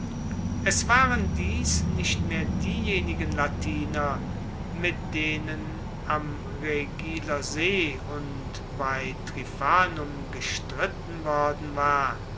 es waren dies nicht mehr diejenigen latiner mit denen am regiller see und bei trifanum gestritten worden war